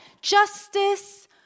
justice